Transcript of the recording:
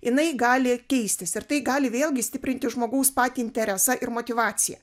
jinai gali keistis ir tai gali vėlgi stiprinti žmogaus patį interesą ir motyvaciją